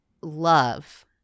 love